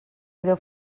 edo